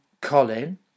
Colin